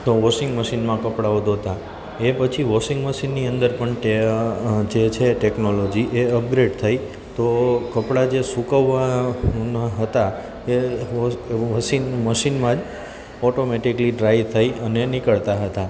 તો વોશિંગ મશીનમાં કપડાઓ ધોતાં એ પછી વોશિંગ મશીનની અંદર પણ જે છે ટેકનોલોજી એ અપગ્રેડ થઈ તો કપડાં જે સુકવવાના હતાં એ વોશિંગ મશીનમાં જ ઓટોમેટિકલી ડ્રાય થઈ અને નીકળતા હતા